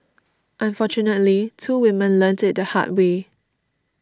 unfortunately two women learnt it the hard way